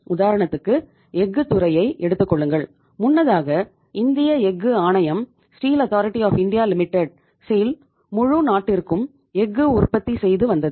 உதாரணத்துக்கு எஃகு முழு நாட்டிற்கும் எஃகு உற்பத்தி செய்து வந்தது